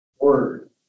word